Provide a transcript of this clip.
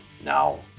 now